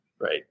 Right